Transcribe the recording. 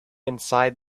inside